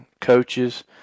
coaches